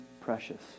precious